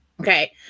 Okay